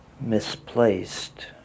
misplaced